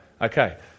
Okay